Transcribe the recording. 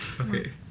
Okay